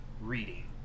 reading